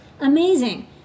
Amazing